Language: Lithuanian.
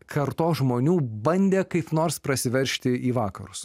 kartos žmonių bandė kaip nors prasiveržti į vakarus